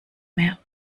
mehr